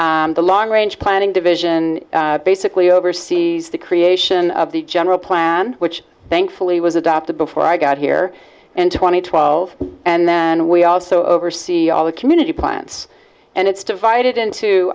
the long range planning division basically oversees the creation of the general plan which thankfully was adopted before i got here in two thousand and twelve and then we also oversee all the community plants and it's divided into